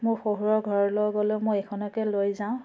মোৰ শহুৰৰ ঘৰলৈ গ'লেও মই এইখনকে লৈ যাওঁ